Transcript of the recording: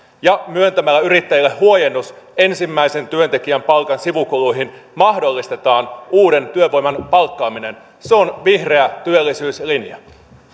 ja myöntämällä yrittäjille huojennus ensimmäisen työntekijän palkan sivukuluihin mahdollistetaan uuden työvoiman palkkaaminen se on vihreä työllisyyslinja